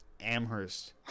Amherst